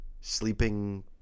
sleeping